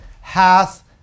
hath